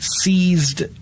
seized